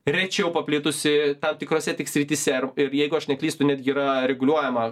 rečiau paplitusi tam tikrose tik srityse ir jeigu aš neklystu netgi yra reguliuojama